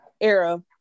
era